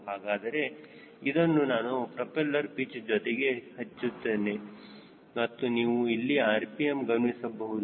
ಹಾಗಾದರೆ ಇದನ್ನು ನಾನು ಪ್ರೊಪೆಲ್ಲರ್ ಪಿಚ್ ಜೊತೆಗೆ ಹೆಚ್ಚಿಸುತ್ತೆ ಮತ್ತು ನೀವು ಇಲ್ಲಿ rpm ಗಮನಿಸ ಗಮನಿಸಬಹುದು